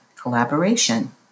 collaboration